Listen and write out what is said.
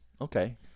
Okay